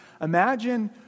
Imagine